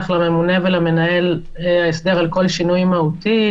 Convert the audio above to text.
לממונה ולמנהל ההסדר על כל שינוי מהותי.".